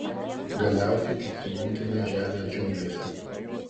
galiausiai prisiminkime žemę džiunglėse